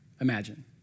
imagine